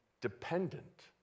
dependent